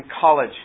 college